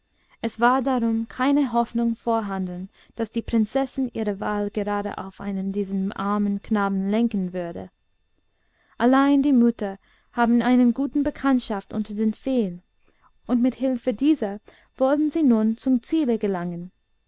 es war darum keine hoffnung vorhanden daß die prinzessin ihre wahl gerade auf einen von diesen armen knaben lenken würde allein die mütter hatten eine gute bekanntschaft unter den feen und mit hilfe dieser wollten sie nun zum ziele gelangen